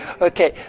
Okay